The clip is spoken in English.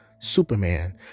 Superman